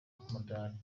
umudali